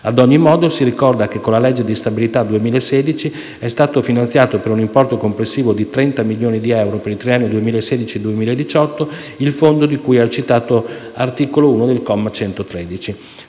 Ad ogni modo, si ricorda che con la legge di stabilità 2016 è stato finanziato, per un importo complessivo di 30 milioni di euro per il triennio 2016-2018, il fondo di cui al citato articolo 1, comma 113.